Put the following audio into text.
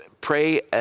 Pray